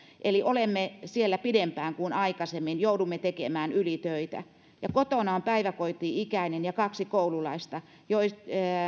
eli olemme siellä pidempään kuin aikaisemmin joudumme tekemään ylitöitä ja kotona on päiväkoti ikäinen ja kaksi koululaista joista